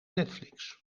netflix